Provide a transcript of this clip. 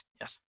yes